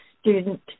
student